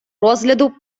розгляду